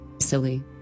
Silly